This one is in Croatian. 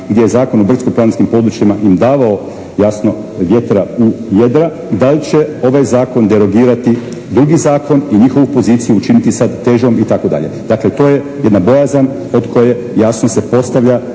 gdje je Zakon o brdsko-planinskim područjima im davao jasno vjetra u jedra, da li će ovaj zakon derogirati drugi zakon i njihovu poziciju učiniti sad težom itd.? Dakle, to je jedna bojazan od koje jasno se postavlja